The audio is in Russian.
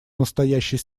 настоящей